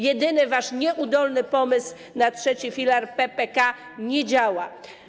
Jedyny wasz nieudolny pomysł na trzeci filar, PPK, nie działa.